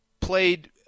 played –